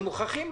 שמוכרחים.